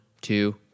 two